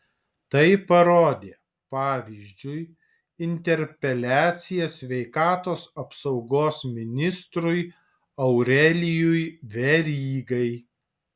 tai parodė pavyzdžiui interpeliacija sveikatos apsaugos ministrui aurelijui verygai